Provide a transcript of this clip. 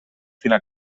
fina